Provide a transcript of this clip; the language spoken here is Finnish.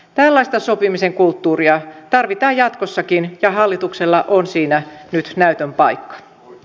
tällaista sopimisen kulttuuria tarvitaan jatkossakin ja hallituksella on siinä nyt näytön paikka